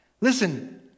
Listen